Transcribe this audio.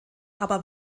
aber